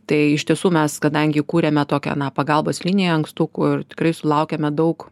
tai iš tiesų mes kadangi kūrėme tokią na pagalbos liniją ankstukų ir tikrai sulaukėme daug